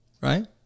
Right